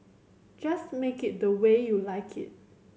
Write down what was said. just make it the way you like it